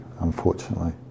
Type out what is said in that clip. unfortunately